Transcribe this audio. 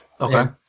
okay